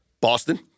Boston